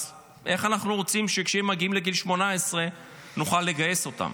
אז איך אנחנו רוצים שכשהם מגיעים לגיל 18 נוכל לגייס אותם?